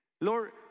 Lord